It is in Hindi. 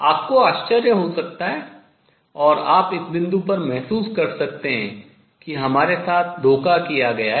आपको आश्चर्य हो सकता है और आप इस बिंदु पर महसूस कर सकते हैं कि हमारे साथ धोखा किया गया है